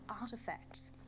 artifacts